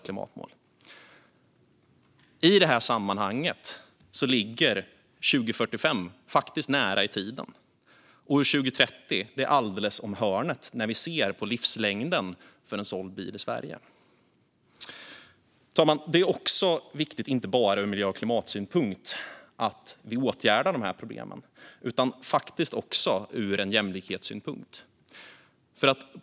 I detta sammanhang ligger 2045 faktiskt nära i tiden, och 2030 är alldeles om hörnet när vi ser på livslängden för en såld bil i Sverige. Fru talman! Det är viktigt att vi åtgärdar de här problemen, inte bara ur miljö och klimatsynpunkt utan faktiskt också ur jämlikhetssynpunkt.